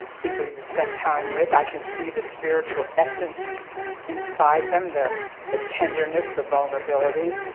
people you've spent time with i can see the spiritual essence inside them, the the tenderness, the vulnerability.